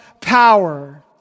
power